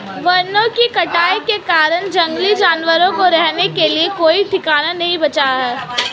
वनों की कटाई के कारण जंगली जानवरों को रहने के लिए कोई ठिकाना नहीं बचा है